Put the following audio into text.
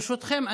ברשותכם,